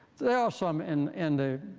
there are some in and the